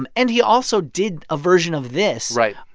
um and he also did a version of this. right.